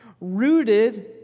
rooted